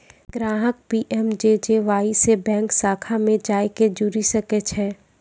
ग्राहक पी.एम.जे.जे.वाई से बैंक शाखा मे जाय के जुड़ि सकै छै